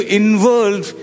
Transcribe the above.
involve